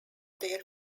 their